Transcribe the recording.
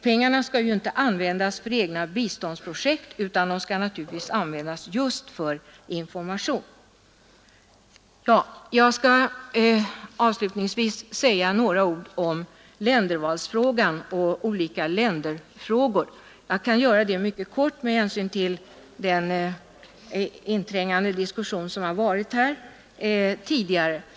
Pengarna skall inte användas för egna biståndsprojekt utan just för information. Jag skall avslutningsvis säga några ord om ländervalsfrågan och olika länderfrågor. Jag kan göra det mycket kortfattat med hänsyn till den inträngande diskussion som förekommit här tidigare.